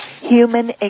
human